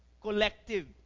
collective